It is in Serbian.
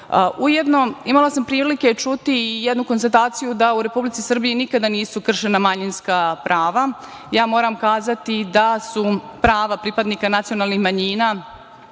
vlasti. Ujedno imala sam prilike čuti i jednu konstataciju da u Republici Srbiji nikada nisu krešena manjinska prava. Moram kazati da su prava pripadnika nacionalnih manjina